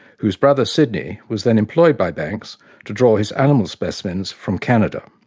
whose brother, sydney, was then employed by banks to draw his animal specimens from canada.